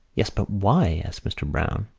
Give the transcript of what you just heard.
yes, but why? asked mr. browne.